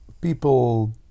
People